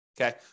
okay